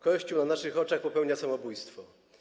Kościół na naszych oczach popełnia samobójstwo.